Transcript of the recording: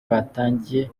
watangiye